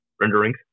rendering